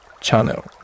channel